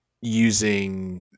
using